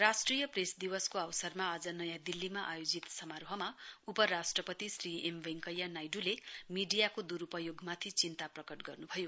राष्ट्रिय प्रेस दिवसको अवसरमा आज नयाँ दिल्लीमा आयोजित समारोहमा उपराष्ट्रपति श्री एम वेंकैया नाइडूले मीडियाको दुरूपयोगमाथि चिन्ता प्रकट गर्नुभयो